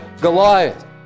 Goliath